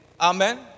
Amen